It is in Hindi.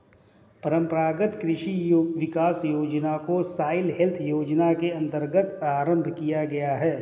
परंपरागत कृषि विकास योजना को सॉइल हेल्थ योजना के अंतर्गत आरंभ किया गया है